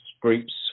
groups